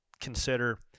consider